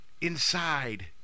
inside